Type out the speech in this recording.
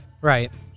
Right